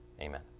Amen